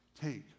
take